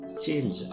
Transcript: change